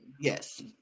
Yes